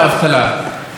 רבותיי,